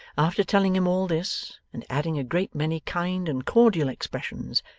after telling him all this, and adding a great many kind and cordial expressions,